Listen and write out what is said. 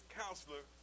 counselor